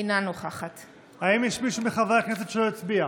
אינה נוכחת האם יש מישהו מחברי הכנסת שלא הצביע?